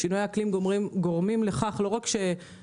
שינוי האקלים גורם לשינוי לא רק בצריכת